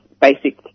basic